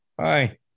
Hi